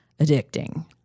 addicting